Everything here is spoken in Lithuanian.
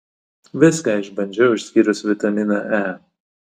viską išbandžiau išskyrus vitaminą e